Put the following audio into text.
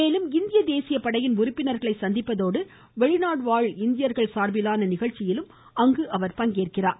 மேலும் இந்திய தேசிய படையின் உறுப்பினர்களை சந்திப்பதோடு வெளிநாடுவாழ் இந்தியர்கள் சார்பிலான நிகழ்ச்சியிலும் பங்கேற்கிறார்